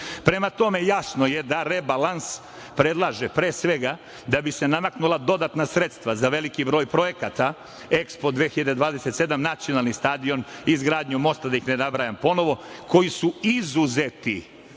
tome, jasno je da rebalans predlaže, pre svega, da bi se namaknula dodatna sredstva za veliki broj projekata EKSPO 2027, nacionalni stadion, izgradnju mosta, da ih ne nabrajam ponovo, koji su izuzeti